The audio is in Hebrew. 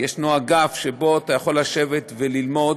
אגף שבו אתה יכול לשבת וללמוד